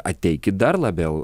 ateikit dar labiau